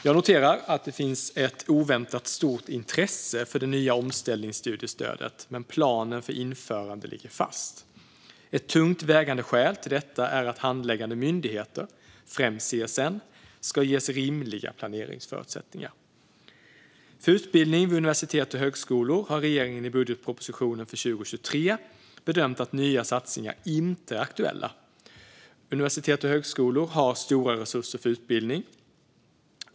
Jag noterar att det finns ett oväntat stort intresse för det nya omställningsstudiestödet, men planen för införandet ligger fast. Ett tungt vägande skäl till detta är att handläggande myndigheter, främst CSN, ska ges rimliga planeringsförutsättningar. För utbildning vid universitet och högskolor har regeringen i budgetpropositionen för 2023 bedömt att nya satsningar inte är aktuella. Universitet och högskolor har stora resurser för utbildning.